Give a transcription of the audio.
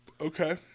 Okay